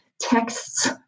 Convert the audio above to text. texts